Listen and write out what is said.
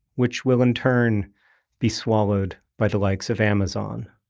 which will in turn be swallowed by the likes of amazon.